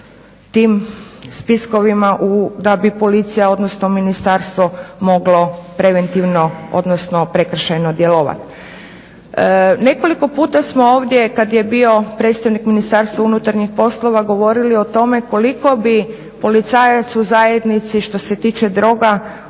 tim spiskovima da bi policija, odnosno ministarstvo moglo preventivno, odnosno prekršajno djelovat. Nekoliko puta smo ovdje, kad je bio predstavnik Ministarstva unutarnjih poslova govorili o tome koliko bi policajac u zajednici, što se tiče droga